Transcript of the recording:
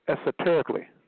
esoterically